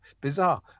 Bizarre